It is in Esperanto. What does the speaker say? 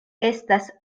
estas